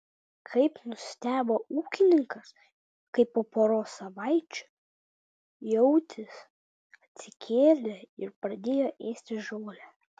kaip nustebo ūkininkas kai po poros savaičių jautis atsikėlė ir pradėjo ėsti žolę